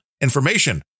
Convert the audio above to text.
information